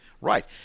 right